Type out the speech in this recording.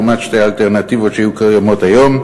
לעומת שתי האלטרנטיבות שהיו קיימות עד היום: